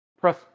press